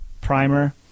primer